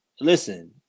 listen